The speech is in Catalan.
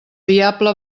diable